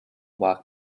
walk